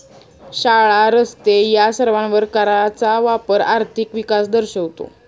शाळा, रस्ते या सर्वांवर कराचा वापर आर्थिक विकास दर्शवतो